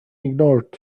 ignored